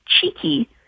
cheeky